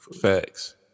Facts